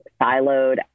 siloed